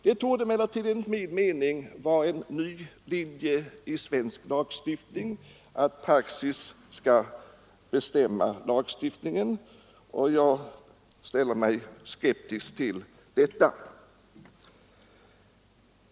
Det torde emellertid enligt min mening vara en ny linje i svensk lagstiftning att praxis skall bestämma lagstiftningen, och jag ställer mig skeptisk till detta.